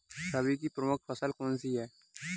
रबी की प्रमुख फसल कौन सी है?